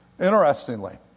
Interestingly